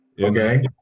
Okay